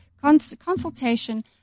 consultation